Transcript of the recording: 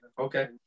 Okay